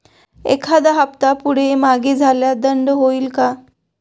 एखादा हफ्ता पुढे मागे झाल्यास दंड होईल काय?